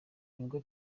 nibwo